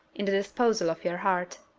in the disposal of your heart.